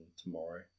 tomorrow